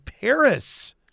Paris